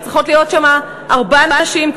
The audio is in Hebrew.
צריכות להיות שם ארבע נשים,